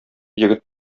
егет